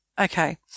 Okay